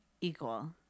Equal